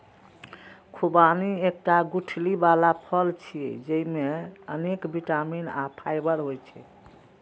खुबानी एकटा गुठली बला फल छियै, जेइमे अनेक बिटामिन आ फाइबर होइ छै